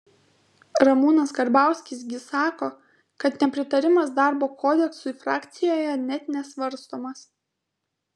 ramūnas karbauskis gi sako kad nepritarimas darbo kodeksui frakcijoje net nesvarstomas